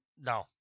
No